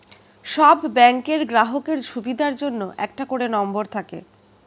সব ব্যাংকের গ্রাহকের সুবিধার জন্য একটা করে নম্বর থাকে